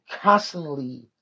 constantly